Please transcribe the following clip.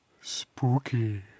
spooky